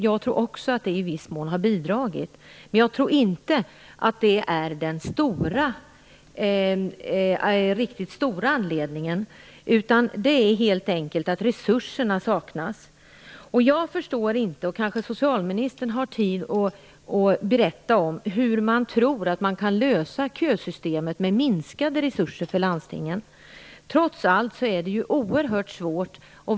Jag tror också att det i viss mån har bidragit, men jag tror inte att det är den riktigt stora anledningen. Det är helt enkelt att resurserna saknas. Jag förstår inte - det har kanske socialministern tid att berätta om - hur man kan tro att man kan lösa kösystemen med minskade resurser för landstingen. Trots allt är det oerhört svårt.